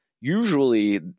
usually